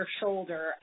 shoulder